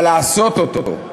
אבל לעשות אותו.